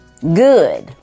good